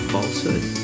Falsehood